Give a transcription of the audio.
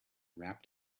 wrapped